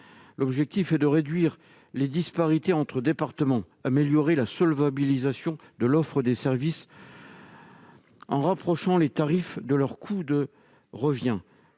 L'objectif est de réduire les disparités entre départements. Il faut améliorer la solvabilisation de l'offre des services en rapprochant les tarifs de leur coût de revient.